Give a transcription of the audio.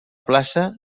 plaça